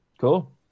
Cool